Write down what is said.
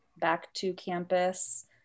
back-to-campus